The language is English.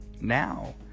now